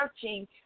searching